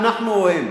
אנחנו או הם.